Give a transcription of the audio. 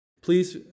Please